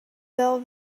deal